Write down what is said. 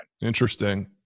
Interesting